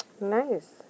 Nice